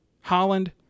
Holland